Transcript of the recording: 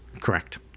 Correct